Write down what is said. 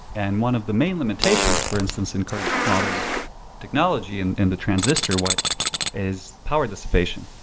and one of the main limitations for instance and current modern technology and and the transistor wipe is power dissipation.